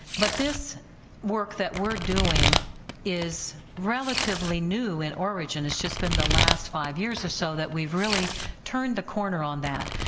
but this work that we're doing is relatively new in origin, has just been the last five years or so that we've really turned the corner on that,